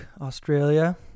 Australia